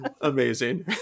Amazing